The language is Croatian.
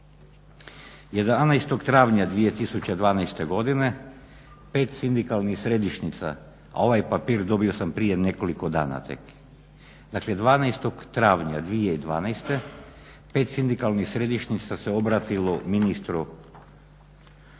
11.travnja 2012.godine 5 sindikalnih središnjica, a ovaj papir dobio sam prije nekoliko dana tek, dakle 12.travnja 2012. 5 sindikalnih središnjica se obratilo ministru gospodinu